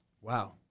Wow